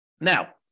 Now